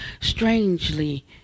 strangely